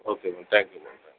okay ma'am thank you ma'am thank